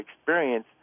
experience